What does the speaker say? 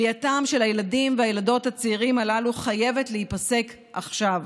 כליאתם של הילדים והילדות הצעירים הללו חייבת להיפסק עכשיו.